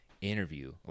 interview